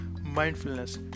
mindfulness